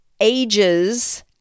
ages